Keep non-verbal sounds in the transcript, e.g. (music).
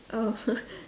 oh (laughs)